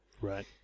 Right